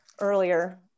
earlier